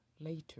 later